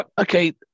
okay